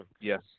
Yes